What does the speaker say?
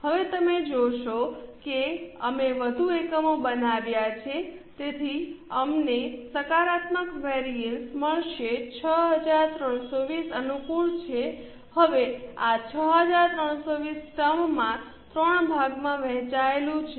હવે તમે જોશો કે અમે વધુ એકમો બનાવ્યા છે તેથી અમને સકારાત્મક વેરિઅન્સ મળશે 6320 અનુકૂળ છે હવે આ 6320 ટર્મમાં 3 ભાગમાં વહેંચાયેલું છે